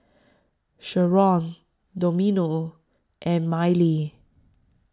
Sheron Domingo and Mylee